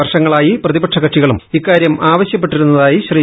വർഷങ്ങളായി പ്രതിപക്ഷ കക്ഷികളും ഇക്കാര്യം ആവശ്യപ്പെട്ടിരുന്നതായി ശ്രീ